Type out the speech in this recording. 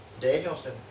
Danielson